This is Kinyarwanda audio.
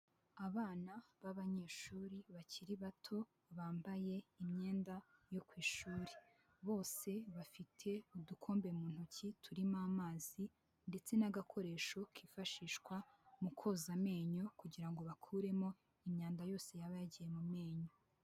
Abana b'abanyeshuri bakiri bato bambaye imyenda yo ku ishuri, bose bafite udukombe mu ntoki turimo amazi, ndetse n'agakoresho kifashishwa mu koza amenyo, kugira ngo bakuremo imyanda yose yaba yagiye mu menyo.